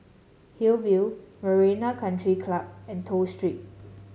Hillview Marina Country Club and Toh Street